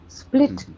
split